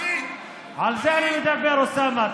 על זה אני מדבר, אוסאמה.